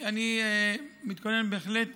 אני מתכונן בהחלט,